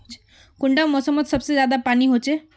कुंडा मोसमोत सबसे ज्यादा पानी होचे?